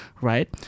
right